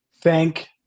thank